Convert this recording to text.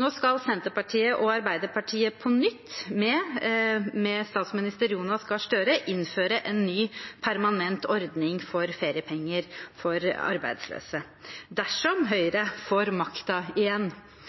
Nå skal Senterpartiet og Arbeiderpartiet på nytt, med statsminister Jonas Gahr Støre, innføre en ny permanent ordning for feriepenger for arbeidsløse. Dersom Høyre får makten igjen,